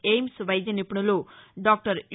AIIMS వైద్య నిపుణులు doctor you